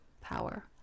power